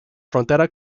frontera